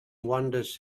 wanders